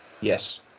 Yes